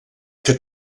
que